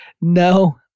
No